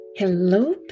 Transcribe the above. Hello